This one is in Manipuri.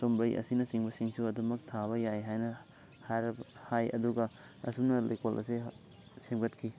ꯆꯨꯝꯕ꯭ꯔꯩ ꯑꯁꯤꯅꯆꯤꯡꯕꯁꯤꯡꯁꯨ ꯑꯗꯨꯃꯛ ꯊꯥꯕ ꯌꯥꯏ ꯍꯥꯏꯅ ꯍꯥꯏꯔꯕ ꯍꯥꯏ ꯑꯗꯨꯒ ꯑꯁꯨꯝꯅ ꯂꯩꯀꯣꯜ ꯑꯁꯦ ꯁꯦꯝꯒꯠꯈꯤ